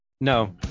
No